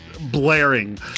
blaring